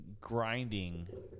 grinding